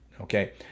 okay